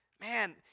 man